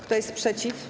Kto jest przeciw?